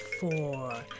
four